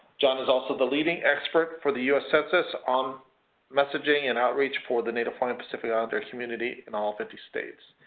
john is also the leading expert for the u s. census on messaging and outreach for the native hawaiian and pacific islander community in all fifty states.